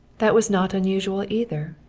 that was not unusual, either,